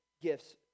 gifts